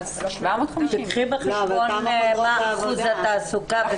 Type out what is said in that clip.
אבל קחי בחשבון מה סוג התעסוקה.